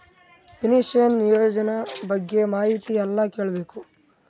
Pension ಯೋಜನ ಬಗ್ಗೆ ಮಾಹಿತಿ ಎಲ್ಲ ಕೇಳಬಹುದು?